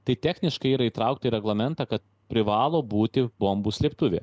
tai techniškai yra įtraukta į reglamentą kad privalo būti bombų slėptuvė